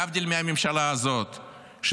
להבדיל מהממשלה הזאת,